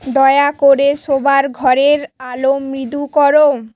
দয়া করে শোবার ঘরের আলো মৃদু করো